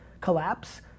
collapse